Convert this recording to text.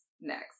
next